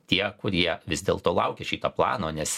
tie kurie vis dėlto laukia šito plano nes